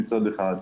מצד אחד,